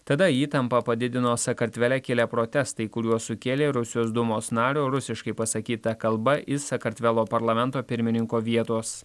tada įtampą padidino sakartvele kilę protestai kuriuos sukėlė rusijos dūmos nario rusiškai pasakyta kalba iš sakartvelo parlamento pirmininko vietos